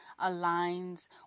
aligns